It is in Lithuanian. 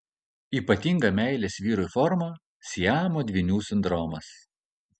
ypatinga meilės vyrui forma siamo dvynių sindromas